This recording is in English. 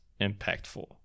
impactful